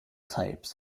types